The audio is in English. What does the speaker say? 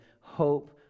Hope